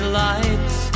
lights